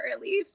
relief